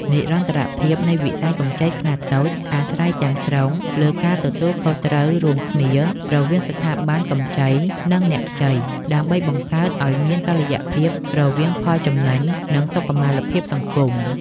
និរន្តរភាពនៃវិស័យកម្ចីខ្នាតតូច អាស្រ័យទាំងស្រុងលើការទទួលខុសត្រូវរួមគ្នារវាងស្ថាប័នផ្តល់កម្ចី និងអ្នកខ្ចី ដើម្បីបង្កើតឱ្យមានតុល្យភាពរវាងផលចំណេញ និងសុខុមាលភាពសង្គម។